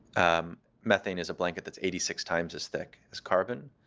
um methane is a blanket that's eighty six times as thick as carbon,